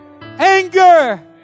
anger